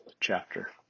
chapter